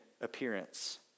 appearance